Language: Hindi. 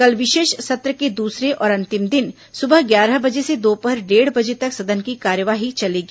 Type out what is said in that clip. कल विशेष सत्र के दूसरे और अंतिम दिन सुबह ग्यारह बजे से दोपहर डेढ़ बजे तक सदन की कार्यवाही चलेगी